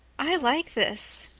i like this,